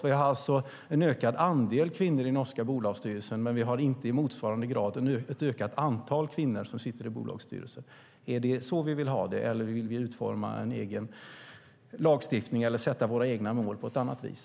Det är alltså en ökad andel kvinnor i norska bolagsstyrelser, men det är inte i motsvarande grad ett ökat antal kvinnor som sitter i bolagsstyrelser. Är det så vi vill ha det, eller vill vi utforma en egen lagstiftning eller sätta våra egna mål på ett annat vis?